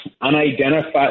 unidentified